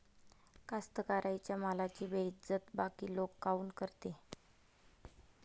कास्तकाराइच्या मालाची बेइज्जती बाकी लोक काऊन करते?